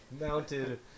mounted